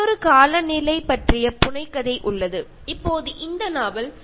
മറ്റൊരു കാലാവസ്ഥ പ്രതിപാദ്യ വിഷയം ആയ novel polar city red polar city Red ആണ്